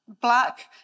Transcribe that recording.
Black